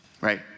right